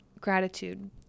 gratitude